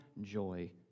joy